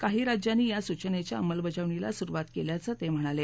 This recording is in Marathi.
काही राज्यांनी या सूचनेच्या अंमलबजावणीला सुरुवात केल्याचं ते म्हणाले